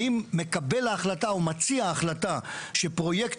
האם מקבל ההחלטה או מציע ההחלטה שפרויקט